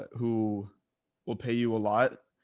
who will pay you a lot,